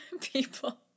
people